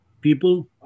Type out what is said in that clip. people